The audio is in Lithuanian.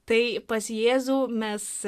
tai pas jėzų mes